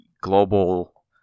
global